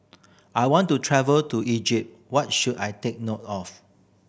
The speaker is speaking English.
I want to travel to Egypt what should I take note of